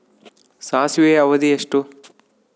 ಸಾಸಿವೆಯ ಅವಧಿ ಎಷ್ಟು?